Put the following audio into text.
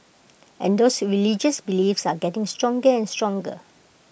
and those religious beliefs are getting stronger and stronger